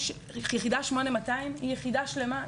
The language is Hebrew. יחידה 8200 היא יחידה שלמה,